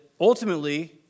ultimately